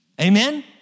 Amen